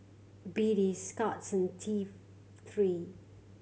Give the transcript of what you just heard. B D Scott's and T Three